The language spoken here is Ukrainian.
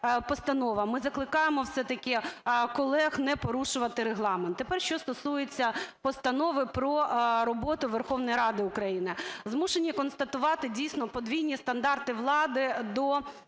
Ми закликаємо все-таки колег не порушувати Регламент. Тепер що стосується Постанови про роботу Верховної Ради України. Змушені констатувати, дійсно, подвійні стандарти влади до